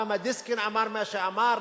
למה דיסקין אמר מה שאמר?